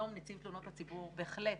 יום נציב תלונות הציבור הוא בהחלט